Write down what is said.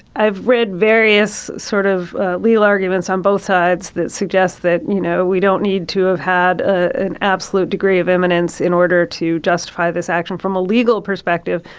i've read various sort of legal arguments on both sides that suggest that, you know, we don't need to have had an absolute degree of imminence in order to justify this action from a legal perspective,